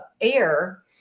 air